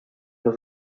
los